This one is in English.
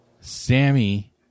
Sammy